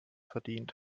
verdient